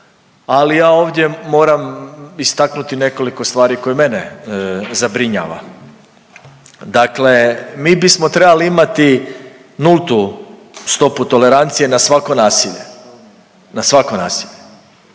ali ja ovdje moram istaknuti nekoliko stvari koje mene zabrinjava. Dakle, mi bismo trebali imati nultu stopu tolerancije na svako nasilje, na svako nasilje,